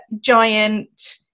giant